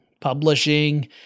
Publishing